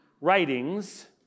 writings